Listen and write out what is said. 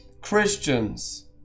Christians